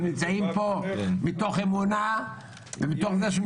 הם נמצאים פה מתוך אמונה ומתוך זה שהם